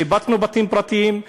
שיפצנו בתים פרטיים,